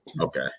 okay